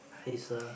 I hate sir